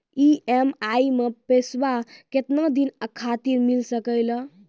EMI मैं पैसवा केतना दिन खातिर मिल सके ला?